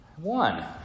One